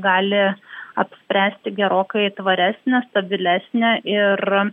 gali apspręsti gerokai tvaresnę stabilesnę ir